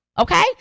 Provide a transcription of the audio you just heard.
Okay